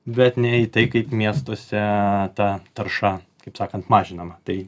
bet ne į tai kaip miestuose ta tarša taip sakant mažinama tai